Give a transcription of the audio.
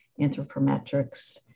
anthropometrics